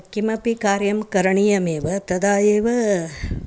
किमपि कार्यं करणीयमेव तदा एव